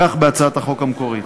כך בהצעת החוק המקורית.